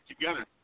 together